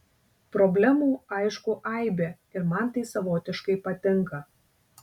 problemų aišku aibė ir man tai savotiškai patinka